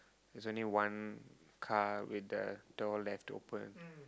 there's only one car with the door left open